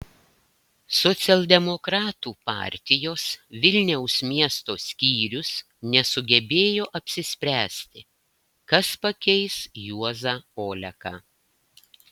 socialdemokratų partijos vilniaus miesto skyrius nesugebėjo apsispręsti kas pakeis juozą oleką